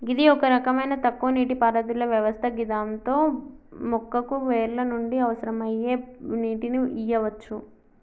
గిది ఒక రకమైన తక్కువ నీటిపారుదల వ్యవస్థ గిదాంతో మొక్కకు వేర్ల నుండి అవసరమయ్యే నీటిని ఇయ్యవచ్చు